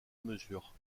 mesure